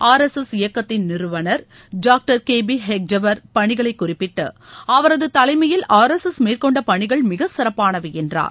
R S S இயக்கத்தின் நிறுவனர் doctor K B ஹெக்டேவார் பணிகளை குறிப்பிட்டு அவரது தலைமையில் ஆர் எஸ் எஸ் மேற்கொண்ட பணிகள் மிகச்சிறப்பானவை என்றார்